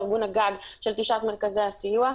ארגון הגג של תשעת מרכזי הסיוע.